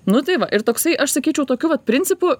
nu tai va ir toksai aš sakyčiau tokiu vat principu